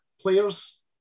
players